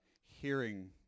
hearing